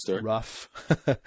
rough